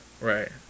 right